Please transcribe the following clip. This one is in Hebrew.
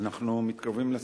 אנחנו מתקרבים לסיום.